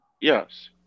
Yes